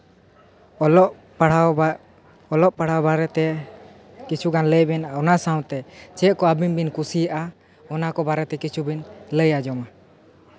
ᱚᱞᱚᱜ ᱯᱟᱲᱦᱟᱣ ᱚᱞᱚᱜ ᱯᱟᱲᱦᱟᱣ ᱵᱟᱨᱮᱛᱮ ᱠᱤᱪᱷᱩᱜᱟᱱ ᱞᱟᱹᱭᱵᱤᱱ ᱚᱱᱟ ᱥᱟᱶᱛᱮ ᱪᱮᱫ ᱠᱚ ᱟᱹᱵᱤᱱ ᱵᱤᱱ ᱠᱩᱥᱤᱭᱟᱜᱼᱟ ᱚᱱᱟ ᱠᱚ ᱵᱟᱨᱮᱛᱮ ᱠᱤᱪᱷᱩ ᱵᱤᱱ ᱞᱟᱹᱭ ᱟᱸᱡᱚᱢᱟ